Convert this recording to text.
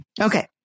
Okay